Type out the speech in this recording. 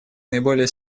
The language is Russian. наиболее